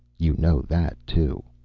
you know that, too.